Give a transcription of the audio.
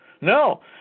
No